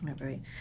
right